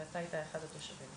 ואתה היית אחד התושבים.